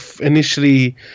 initially